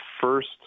first